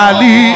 Ali